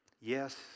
Yes